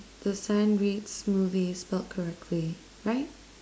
the sign reads smoothie spelt correctly right